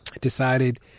decided